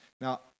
Now